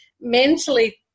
mentally